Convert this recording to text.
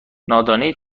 نادانی